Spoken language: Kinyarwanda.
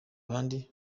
bandi